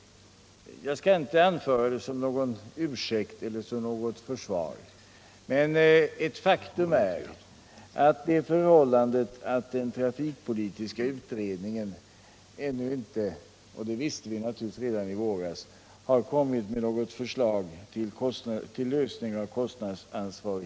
Den trafikpolitiska utredningen har ännu inte lagt fram något förslag till lösning av kostnadsansvarighetsfrågorna. Det visste vi naturligtvis redan i våras, och jag anför det inte som en ursäkt eller som något försvar.